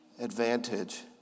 advantage